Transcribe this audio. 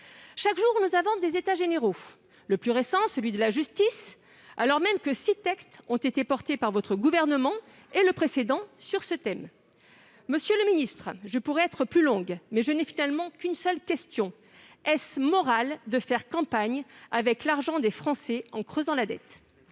Chaque jour, ont lieu des États généraux. On travaille ! Les plus récents portent sur la justice, alors même que six textes ont été portés par votre gouvernement et par le précédent sur ce thème. Monsieur le ministre, je pourrais être plus longue, mais je n'ai finalement qu'une seule question : est-il moral de faire campagne avec l'argent des Français, en creusant la dette ?